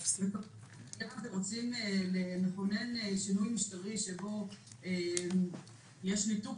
אם רוצים לכונן שינוי משטרי שבו יש ניתוק